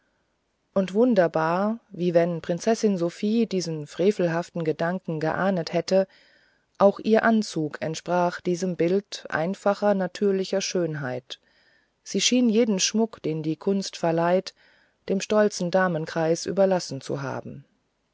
und wunderbar wie wenn prinzessin sophie diesen frevelhaften gedanken geahnet hätte auch ihr anzug entsprach diesem bilde einfacher natürlicher schönheit sie schien jeden schmuck den die kunst verleiht dem stolzen damenkreis überlassen zu haben